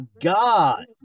god